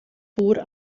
vor